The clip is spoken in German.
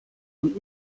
und